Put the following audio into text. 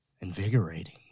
invigorating